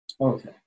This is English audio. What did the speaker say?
Okay